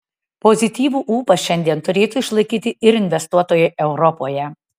pozityvų ūpą šiandien turėtų išlaikyti ir investuotojai europoje